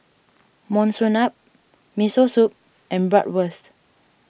Monsunabe Miso Soup and Bratwurst